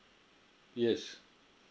yes